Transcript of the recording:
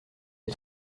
des